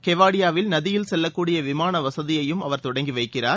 கெவாடியாவில் நதியில் செல்லக் கூடிய விமானவசதியையும் அவர் தொடங்கிவைக்கிறார்